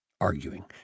Arguing